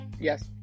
Yes